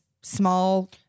small